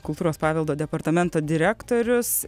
kultūros paveldo departamento direktorius